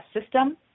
system